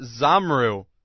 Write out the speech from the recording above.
Zamru